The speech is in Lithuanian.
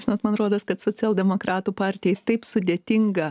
žinot man rodos kad socialdemokratų partijai taip sudėtinga